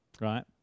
right